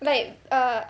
like err